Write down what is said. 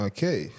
Okay